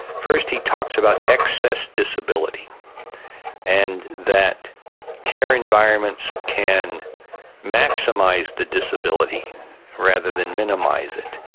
first he talks about excess disability and that care environments can maximise the disability rather than minimise it,